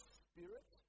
spirit